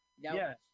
Yes